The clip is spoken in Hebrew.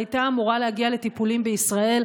היא הייתה אמורה להגיע לטיפולים בישראל.